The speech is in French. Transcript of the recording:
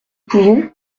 pouvons